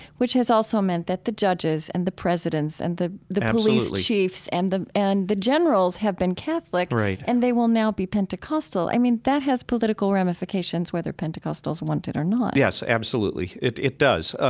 which has also meant that the judges and the presidents and the the police chiefs and the and the generals have been catholic, and they will now be pentecostal. i mean, that has political ramifications, whether pentecostals want it or not yes, absolutely. it it does.